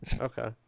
Okay